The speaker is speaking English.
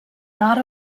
not